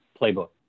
playbook